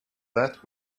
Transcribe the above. that